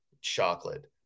chocolate